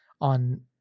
on